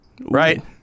right